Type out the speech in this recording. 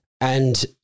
And-